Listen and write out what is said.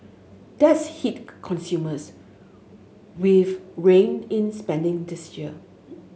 that's hit consumers we've reined in spending this year